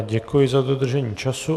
Děkuji za dodržení času.